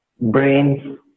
brains